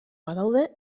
badaude